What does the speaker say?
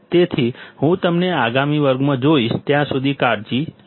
તેથી હું તમને આગામી વર્ગમાં જોઈશ ત્યાં સુધી તમે કાળજી લો